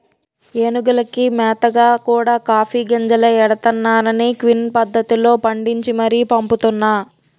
ఏనుగులకి మేతగా కూడా కాఫీ గింజలే ఎడతన్నారనీ క్విన్ పద్దతిలో పండించి మరీ పంపుతున్నా